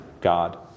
God